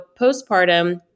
postpartum